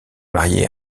marié